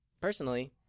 personally